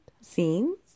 scenes